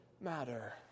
matter